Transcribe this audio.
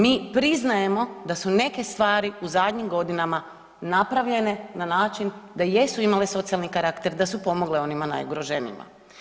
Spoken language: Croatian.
Mi priznajemo da su neke stvari u zadnjim godinama napravljene na način da jesu imale socijalni karakter da su pomogle onima najugroženijima.